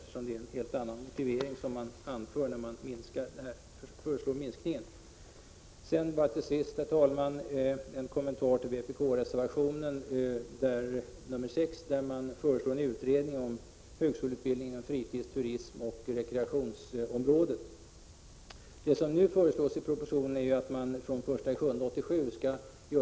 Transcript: Till sist en kommentar till vpk-reservationen 6, där man föreslår en utredning om högskoleutbildning inom fritids-, rekreationsoch turismområdet. Det som nu föreslås i propositionen är att en allmän turismlinje skall inrättas fr. o .m.